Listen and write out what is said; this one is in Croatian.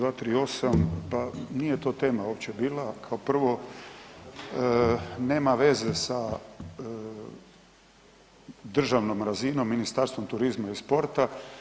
238., pa nije to tema uopće bila, kao prvo nema veze sa državnom razinom, Ministarstvom turizma i sporta.